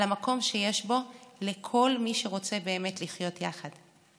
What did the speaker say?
על המקום שיש בו לכל מי שרוצה באמת לחיות יחד,